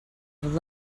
have